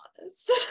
honest